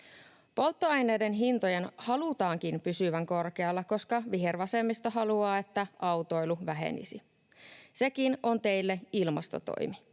Polttoaineiden hintojen halutaankin pysyvän korkealla, koska vihervasemmisto haluaa, että autoilu vähenisi. Sekin on teille ilmastotoimi.